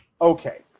Okay